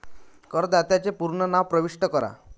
करदात्याचे पूर्ण नाव प्रविष्ट करा